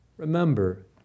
Remember